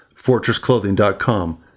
FortressClothing.com